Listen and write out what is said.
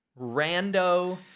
rando